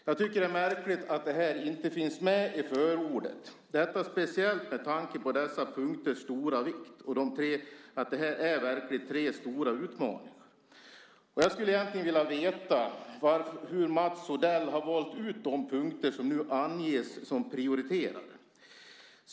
Jag tycker att det är märkligt att det här inte finns med i förordet, speciellt med tanke på dessa punkters stora vikt. Det är tre verkligt stora utmaningar. Jag skulle vilja veta hur Mats Odell har valt ut de punkter som nu anges som prioriterade.